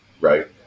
right